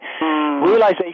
Realization